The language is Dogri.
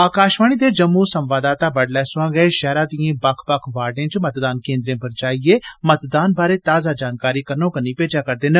आकाशवाणी दे जम्मू संवाददात बड़ौल सवां गै शैहरा दियें बक्ख बक्ख वार्ट च मतदान केन्द्रें पर जाइयै मतदान बारै ताजा जानकारी भेजा करदे न